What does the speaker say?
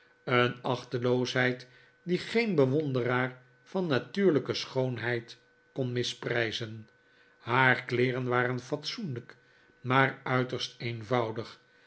een achteloosheid die geen bewonderaar van natuurlijke schoonheid kon misprijzen haar kleeren waren fatsoenlijk maar uiterst eenvoudig